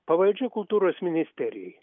pavaldžia kultūros ministerijai